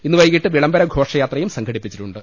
ഇന്ന് വൈകിട്ട് വിളംബര ഘോഷയാത്രയും സംഘടിപ്പിച്ചിട്ടുണ്ട്